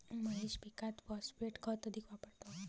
महेश पीकात फॉस्फेट खत अधिक वापरतो